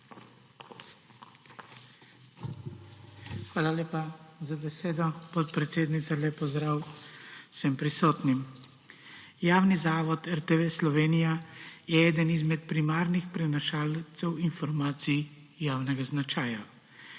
Hvala lepa za besedo, podpredsednica. Lep pozdrav vsem prisotnim! Javni zavod RTV Slovenija je eden izmed primarnih prenašalcev informacij javnega značaja;